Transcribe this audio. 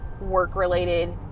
work-related